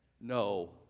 No